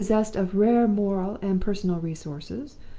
possessed of rare moral and personal resources,